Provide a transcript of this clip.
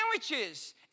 sandwiches